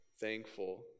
thankful